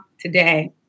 today